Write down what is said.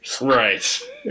right